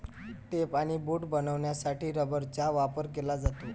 tape आणि boot बनवण्यासाठी रबराचा वापर केला जातो